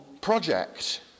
project